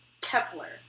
Kepler